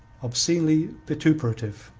obscenely vituperative.